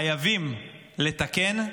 חייבים לתקן.